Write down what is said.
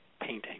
painting